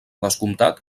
descomptat